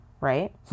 Right